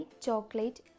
chocolate